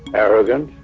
arrogant.